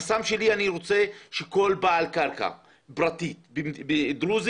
אני רוצה שכל בעל קרקע פרטית דרוזי,